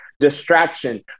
distraction